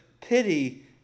pity